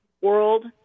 world